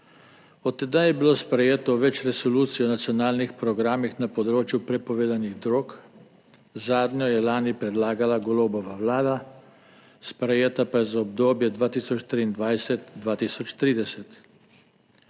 Od tedaj je bilo sprejeto več resolucij o nacionalnih programih na področju prepovedanih drog, zadnjo je lani predlagala Golobova vlada, sprejeta pa je za obdobje 2023 - 2030.